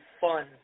fun